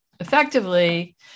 Effectively